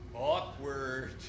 Awkward